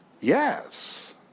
Yes